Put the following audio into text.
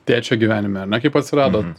tėčio gyvenime ar ne kaip atsirado